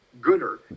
gooder